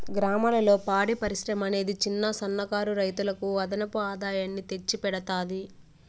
గ్రామాలలో పాడి పరిశ్రమ అనేది చిన్న, సన్న కారు రైతులకు అదనపు ఆదాయాన్ని తెచ్చి పెడతాది